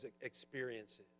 experiences